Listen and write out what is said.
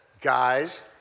guys